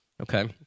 Okay